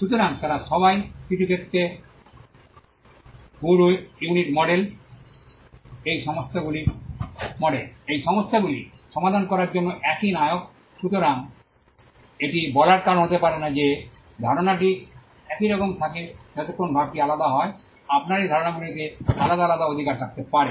সুতরাং তারা সবাই কিছু ক্ষেত্রে হুডুনিট মডেল এই সমস্যাগুলি সমাধান করার জন্য একই নায়ক সুতরাং এটি বলার কারণ হতে পারে না যে ধারণাটি একইরকম থাকে যতক্ষণ ভাবটি আলাদা হয় আপনার এই ধারণাগুলিতে আলাদা আলাদা অধিকার থাকতে পারে